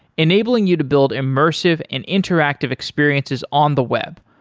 enabling you to build immersive and interactive experiences on the web,